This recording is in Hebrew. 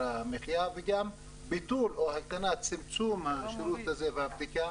המחיה וגם ביטול או הקטנה וצמצום השירו תהזה והבדיקה